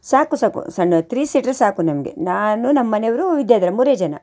ಸಾಕು ಸಾಕು ಸಣ್ಣ ತ್ರೀ ಸೀಟ್ರೇ ಸಾಕು ನಮಗೆ ನಾನು ನಮ್ಮನೇವ್ರು ವಿದ್ಯಾಧರ ಮೂರೇ ಜನ